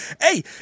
Hey